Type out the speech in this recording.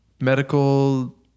medical